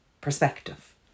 Perspective